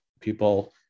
people